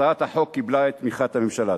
הצעת החוק קיבלה את תמיכת הממשלה.